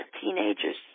teenagers